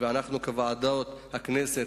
בוועדות הכנסת,